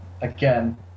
again